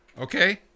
Okay